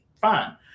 Fine